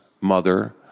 mother